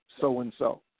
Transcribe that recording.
so-and-so